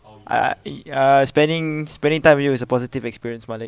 I eh uh spending spending time with you is a positive experience malik